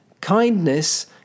kindness